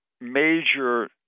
major